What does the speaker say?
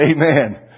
Amen